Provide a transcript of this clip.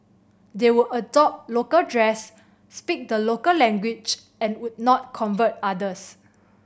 they would adopt local dress speak the local language and would not convert others